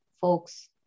folks